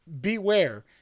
beware